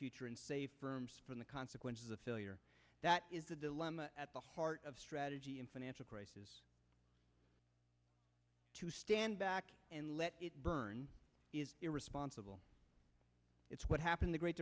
future and safe from the consequences of failure that is a dilemma at the heart of strategy and financial crisis to stand back and let it burn is irresponsible it's what happened the great